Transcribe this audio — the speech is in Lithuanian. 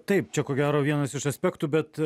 taip čia ko gero vienas iš aspektų bet